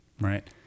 Right